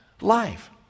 life